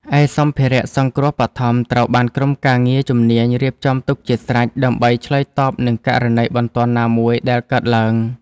ឯសម្ភារៈសង្គ្រោះបឋមត្រូវបានក្រុមការងារជំនាញរៀបចំទុកជាស្រេច ដើម្បីឆ្លើយតបនឹងករណីបន្ទាន់ណាមួយដែលកើតឡើង។